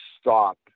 stop